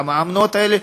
והמאמנות האלה,